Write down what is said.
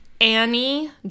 Annie